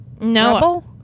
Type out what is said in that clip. no